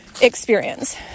experience